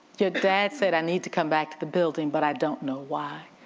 your dad said i need to come back to the building but i don't know why?